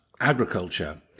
agriculture